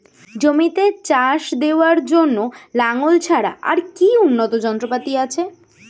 জমিতে চাষ দেওয়ার জন্য লাঙ্গল ছাড়া আর কি উন্নত যন্ত্রপাতি আছে?